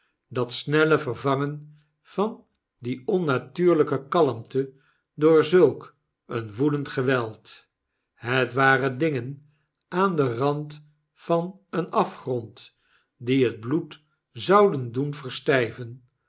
dat snelle vervangen van die onnatuurlijke kalmte door zulk een woedend geweld het waren dingen aan den rand van een afgrond die het bloed zouden doen